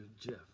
Jeff